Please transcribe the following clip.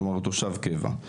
כמו תושב קבע.